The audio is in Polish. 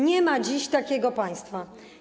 Nie ma dziś takiego państwa.